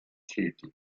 tätig